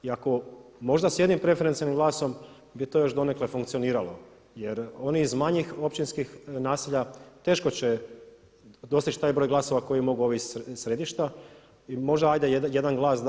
I ako, možda s jednim preferencijalnim glasom bi to još donekle funkcionirao, jer oni iz manjih općinskih naselja teško će doseći taj broj glasova koji mogu ovi iz središta i možda ajde jedan glas da.